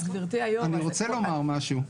אני רוצה לומר משהו.